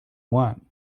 want